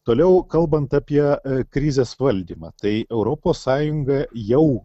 toliau kalbant apie krizės valdymą tai europos sąjunga jau